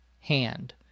hand